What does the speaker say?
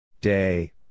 day